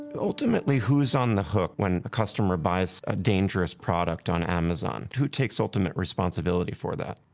ultimately, who's on the hook when a customer buys a dangerous product on amazon? who takes ultimate responsibility for that?